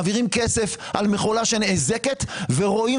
מעבירים כסף על מכולה שנאזרת ורואים